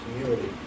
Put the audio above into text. community